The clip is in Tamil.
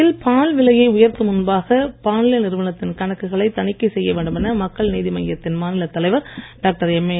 புதுவையில் பால் விலையை உயர்த்தும் முன்பாக பாண்லே நிறுவனத்தின் கணக்குகளை தணிக்கை செய்ய வேண்டும் என மக்கள் நீதி மய்யத்தின் மாநில தலைவர் டாக்டர்